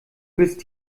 bist